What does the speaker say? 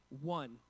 one